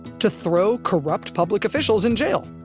to throw corrupt public officials in jail.